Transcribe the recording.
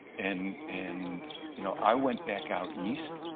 and and you know i went back out east,